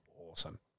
awesome